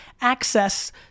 access